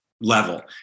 level